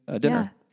dinner